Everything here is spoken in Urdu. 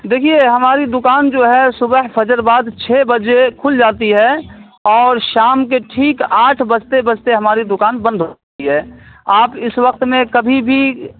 دیکھیے ہماری دکان جو ہے صبح فجر بعد چھ بجے کھل جاتی ہے اور شام کے ٹھیک آٹھ بجتے بجتے ہماری دکان بند ہو جاتی ہے آپ اس وقت میں کبھی بھی